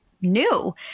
new